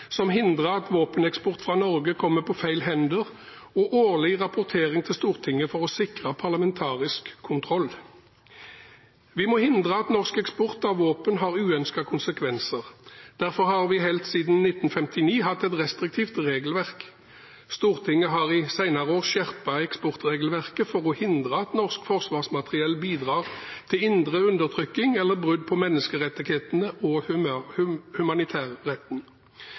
som hindrer at våpeneksport fra Norge kommer på feil hender, og årlig rapportering til Stortinget for å sikre parlamentarisk kontroll. Vi må hindre at norsk eksport av våpen har uønskede konsekvenser. Derfor har vi helt siden 1959 hatt et restriktivt regelverk. Stortinget har i senere år skjerpet eksportregelverket for å hindre at norsk forsvarsmateriell bidrar til indre undertrykking eller brudd på menneskerettighetene og humanitærretten.